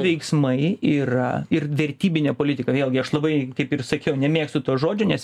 veiksmai yra ir vertybinė politika vėlgi aš labai kaip ir sakiau nemėgstu to žodžio nes